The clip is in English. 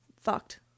fucked